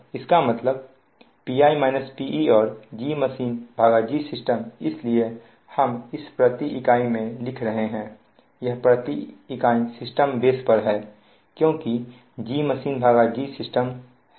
इसका मतलब Pi -Pe और GmachineGsystem इसलिए हम इस प्रति इकाई में लिख रहे हैं यह प्रति इकाई सिस्टम बेस पर है क्योंकि GmachineGsystem है